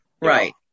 Right